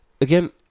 again